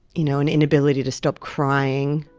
you know an inability to stop crying,